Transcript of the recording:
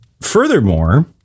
furthermore